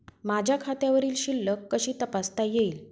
माझ्या खात्यावरील शिल्लक कशी तपासता येईल?